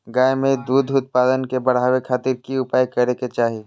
गाय में दूध उत्पादन के बढ़ावे खातिर की उपाय करें कि चाही?